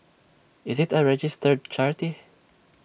is IT A registered charity